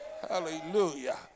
Hallelujah